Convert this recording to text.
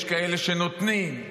יש כאלה שנותנים,